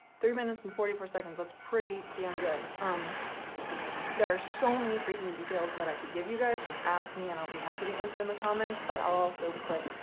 three minutes and forty four seconds that's pretty damn good um there are so many freaking details that i could give you guys just ask me and i'll be happy to answer in the comments but i'll also put